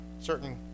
certain